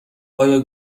آیا